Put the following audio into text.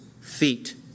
feet